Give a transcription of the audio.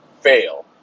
fail